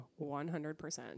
100%